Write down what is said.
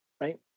right